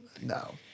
no